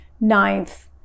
Ninth